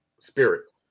spirits